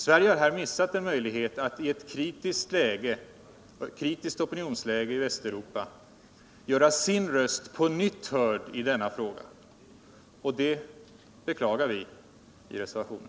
Sverige har här missat en möjlighet att iett kritiskt opinionsläge i Västeuropa göra sin röst på nytt hörd i denna fråga. Och der beklagar vi i reservationen.